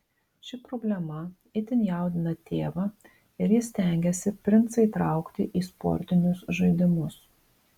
ši problema itin jaudina tėvą ir jis stengiasi princą įtraukti į sportinius žaidimus